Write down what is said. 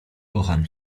kocham